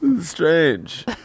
Strange